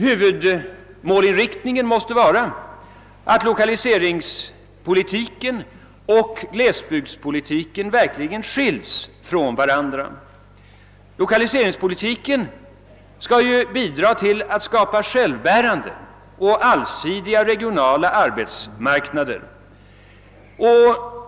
Huvudmålinriktningen måste vara att lokaliseringspolitiken och glesbygdspolitiken skiljs från varandra. Lokaliseringspolitiken skall bidraga tll att skapa självbärande och allsidiga regionala arbetsmarknader.